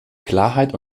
klarheit